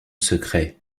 secret